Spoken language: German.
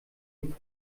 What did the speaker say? den